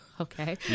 okay